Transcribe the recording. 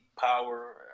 power